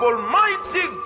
Almighty